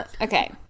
okay